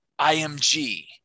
IMG